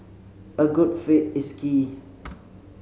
a good fit is key